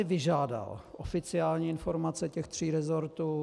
Vyžádal jsem si oficiální informace těch tří resortů.